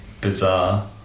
bizarre